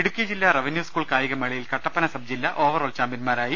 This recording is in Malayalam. ഇടുക്കി ജില്ലാ റവന്യൂ സ്കൂൾ കായികമേളയിൽ കട്ടപ്പന സബ്ജില്ല ഓവറോൾ ചാമ്പ്യന്മാരായി